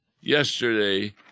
Yesterday